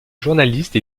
journaliste